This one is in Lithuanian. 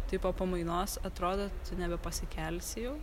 tai po pamainos atrodo nebepasikelsi jau